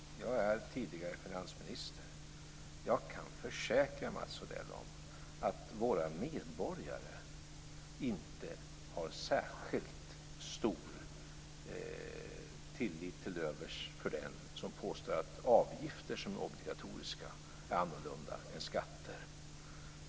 Jag är tidigare finansminister, och jag kan försäkra Mats Odell om att våra medborgare inte har särskilt stor tillit till den som påstår att avgifter som är obligatoriska är annorlunda är skatter.